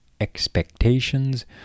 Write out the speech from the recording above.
expectations